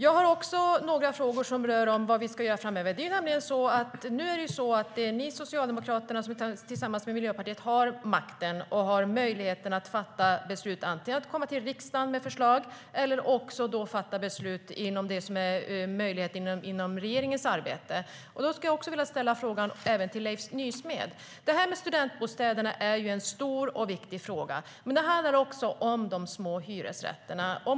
Herr talman! Nu har Socialdemokraterna tillsammans med Miljöpartiet makten och möjligheten att antingen komma till riksdagen med förslag eller fatta beslut i det som är möjligt inom regeringens arbete. Studentbostäder är en stor och viktig fråga, men det handlar också om de små hyresrätterna.